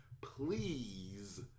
Please